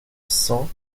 cent